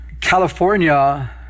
California